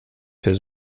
his